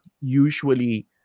usually